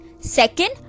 Second